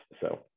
So-